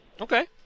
Okay